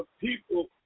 people